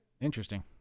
Interesting